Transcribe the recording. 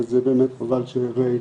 וזה באמת חבל שריי